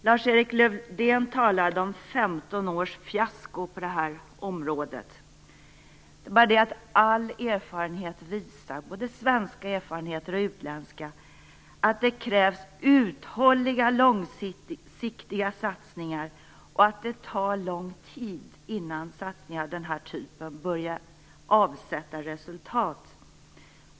Lars-Erik Lövdén talade om 15 års fiasko på det här området. Men all erfarenhet, både svenska erfarenheter och utländska, visar att det krävs uthålliga och långsiktiga satsningar och att det tar lång tid innan satsningar av den här typen börjar ge resultat.